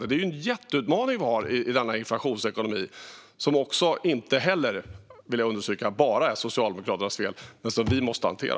Det är en jätteutmaning vi har i denna inflationsekonomi - som inte heller, vill jag understryka, är enbart Socialdemokraternas fel men som vi måste hantera.